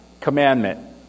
commandment